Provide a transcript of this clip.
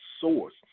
source